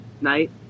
night